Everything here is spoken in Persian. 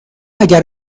اگر